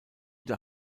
der